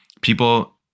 people